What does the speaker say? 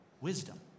wisdom